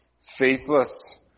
faithless